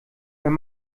wenn